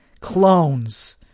clones